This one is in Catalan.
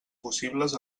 possibles